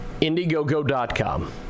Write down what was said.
Indiegogo.com